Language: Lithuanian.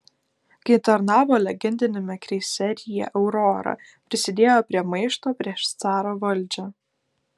kai tarnavo legendiniame kreiseryje aurora prisidėjo prie maišto prieš caro valdžią